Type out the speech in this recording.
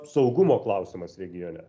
saugumo klausimas regione